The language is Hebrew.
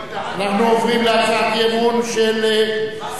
אנחנו עוברים להצעת אי-אמון של סיעת